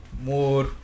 more